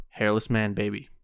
HAIRLESSMANBABY